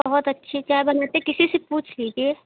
बहुत अच्छी चाय बनाते किसी से पूछ लिजिए